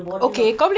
the border